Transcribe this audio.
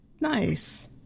Nice